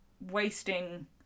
wasting